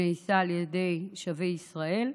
נעשה על ידי "שבי ישראל".